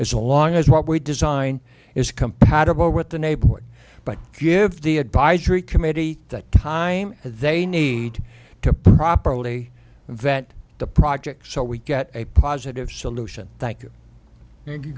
as long as what we design is compatible with the neighborhood but if the advisory committee at that time they need to properly vet the project so we get a positive solution